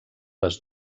les